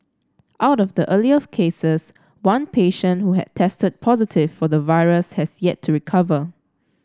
out of the earlier cases one patient who had tested positive for the virus has yet to recover